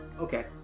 okay